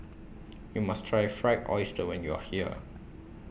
YOU must Try Fried Oyster when YOU Are here